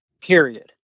Period